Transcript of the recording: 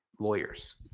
lawyers